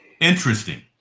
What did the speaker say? interesting